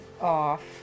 off